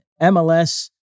MLS